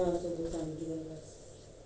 nina சங்கீதம்:sangeethum class ah